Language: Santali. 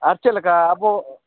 ᱟᱨ ᱪᱮᱫᱞᱮᱠᱟ ᱟᱵᱚ